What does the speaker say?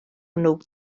hwnnw